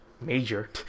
major